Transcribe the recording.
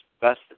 best